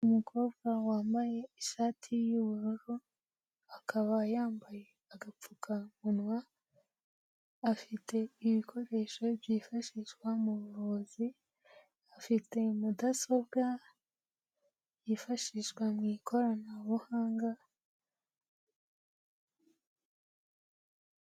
Umukobwa wambaye ishati y'ubururu, akaba yambaye agapfukamunwa, afite ibikoresho byifashishwa mu buvuzi, afite mudasobwa yifashishwa mu ikoranabuhanga.